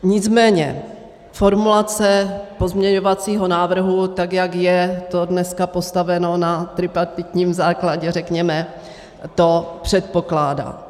Nicméně formulace pozměňovacího návrhu, tak jak je to dneska postaveno na tripartitním základě, řekněme, to předpokládá.